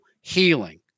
healing